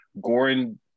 Goran